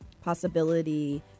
possibility